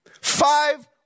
five